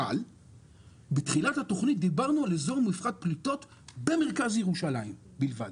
אבל בתחילת התוכנית דיברנו על איזור מופחת פליטות במרכז ירושלים בלבד.